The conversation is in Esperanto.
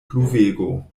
pluvego